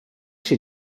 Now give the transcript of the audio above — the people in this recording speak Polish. się